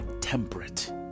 temperate